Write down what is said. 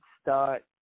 Start